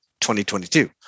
2022